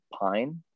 Pine